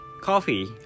coffee